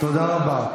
תודה רבה.